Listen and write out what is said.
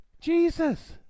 Jesus